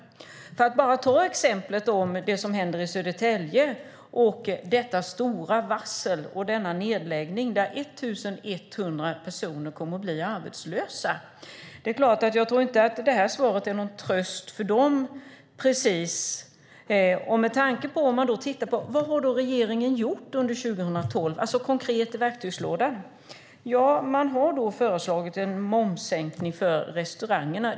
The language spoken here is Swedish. Låt mig bara ta exemplet med vad som händer i Södertälje i och med detta stora varsel och denna nedläggning där 1 100 personer kommer att bli arbetslösa. Jag tror inte att det här svaret är någon tröst för dem precis. Låt oss titta på vad regeringen har gjort under 2012 - konkret i verktygslådan. Man har föreslagit en momssänkning för restaurangerna.